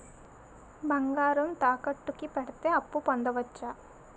బంగారం తాకట్టు కి పెడితే అప్పు పొందవచ్చ?